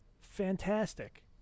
fantastic